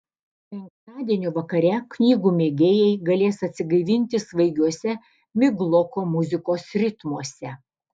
penktadienio vakare knygų mėgėjai galės atsigaivinti svaigiuose migloko muzikos ritmuose